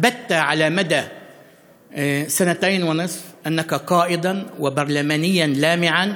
הוכחת בשנתיים וחצי שאתה מפקד ופרלמנטר מבריק,